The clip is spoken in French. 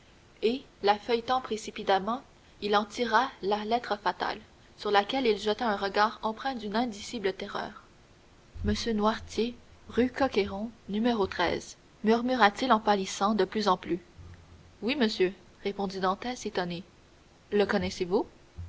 et la feuilletant précipitamment il en tira la lettre fatale sur laquelle il jeta un regard empreint d'une indicible terreur m noirtier rue cron murmura-t-il en pâlissant de plus en plus oui monsieur répondit dantès étonné le connaissez-vous